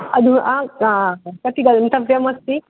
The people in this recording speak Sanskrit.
अधुना प्रति गन्तव्यमस्ति